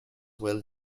well